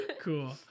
Cool